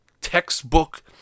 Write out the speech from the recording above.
textbook